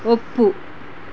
ಒಪ್ಪು